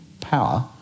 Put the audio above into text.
power